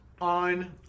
on